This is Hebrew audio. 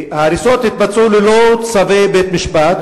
ההריסות התבצעו ללא צווי בית-משפט.